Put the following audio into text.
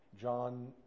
John